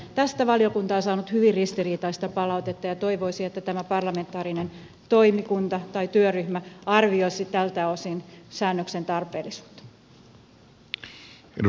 tästä valiokunta on saanut hyvin ristiriitaista palautetta ja toivoisi että tämä parlamentaarinen toimikunta tai työryhmä arvioisi tältä osin säännöksen tarpeellisuutta